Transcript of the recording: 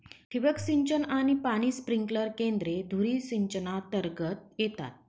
ठिबक सिंचन आणि पाणी स्प्रिंकलर केंद्रे धुरी सिंचनातर्गत येतात